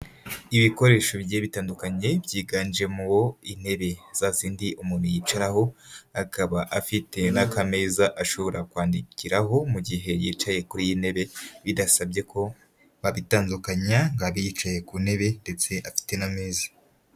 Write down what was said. Ibikoresho bye bitandukanye byiganje mu intebe za sindi umuntu yicaraho akaba afite n'akameza ashobora kwandikiraho mu gihe yicaye kuri iyi ntebe bidasabye ko babitandukanya, yicaye ku ntebe ndetse afite n'ameza.